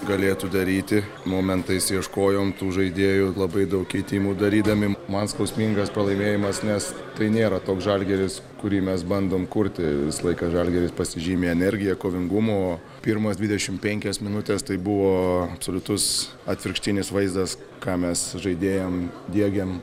galėtų daryti momentais ieškojom tų žaidėjų labai daug keitimų darydami man skausmingas pralaimėjimas nes tai nėra toks žalgiris kurį mes bandom kurti visą laiką žalgiris pasižymi energija kovingumu pirmas dvidešim penkias minutes tai buvo absoliutus atvirkštinis vaizdas ką mes žaidėjam diegiam